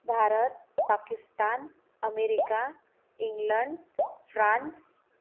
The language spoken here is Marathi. Bharat Pakistan America England France